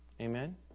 Amen